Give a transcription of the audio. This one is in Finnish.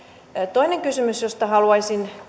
toinen kysymys josta haluaisin